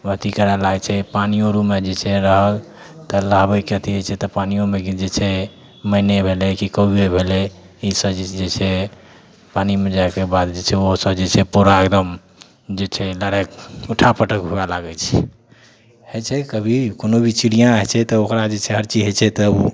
अथी करै लागै छै पानिओ आओरमे जे छै रहल तऽ लाबैके अथी होइ छै तऽ पानिओमे जे छै मैने भेलै कि कौए भेलै ईसब जे छै पानिमे जाएके बाद जे छै ओहोसब जे छै पूरा एकदम जे छै लड़ाइ उठा पटक हुए लागै छै हइ छै कभी कोनो भी चिड़िआँ होइ छै तऽ ओकरा जे छै हर चीज होइ छै तऽ ओ